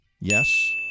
Yes